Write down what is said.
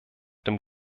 dem